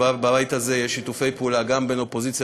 בבית הזה יש שיתופי פעולה בין אופוזיציה